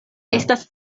estas